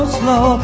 slow